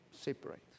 separate